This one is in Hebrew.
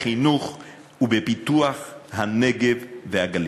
בחינוך ובפיתוח הנגב והגליל.